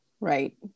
right